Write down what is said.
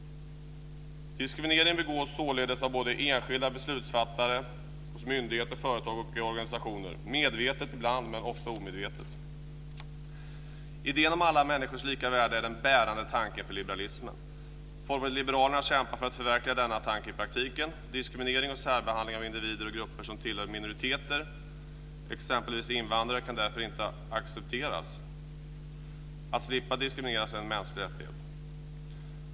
Diskriminering förekommer således från såväl enskilda beslutsfattare som myndigheter, företag och organisationer. Ibland sker det medvetet men ganska ofta också omedvetet. Idén om alla människors lika värde är en bärande tanke för liberalismen. Folkpartiet liberalerna kämpar för att förverkliga denna tanke i praktiken. Diskriminering och särbehandling av grupper som tillhör minoriteter, exempelvis invandrare, kan därför inte accepteras. Att slipa diskrimineras är en mänsklig rättighet.